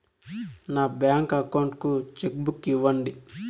నా bank account కు cheque book ఇవ్వండి